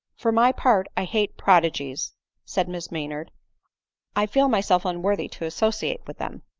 for my part, i hate prodigies said miss maynard i feel myself unworthy to associate with them.